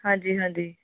ਹਾਂਜੀ ਹਾਂਜੀ